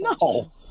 No